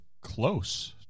Close